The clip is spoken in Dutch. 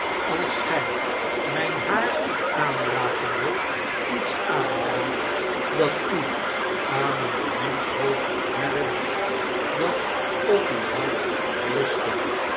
als gg raijn haar aanrakende iets aanraakt dat u aan een bemind hoofd herinnert dat op uwhartrustte